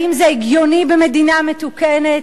האם זה הגיוני במדינה מתוקנת?